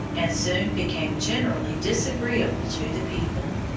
and soon became generally disagreeable to the people.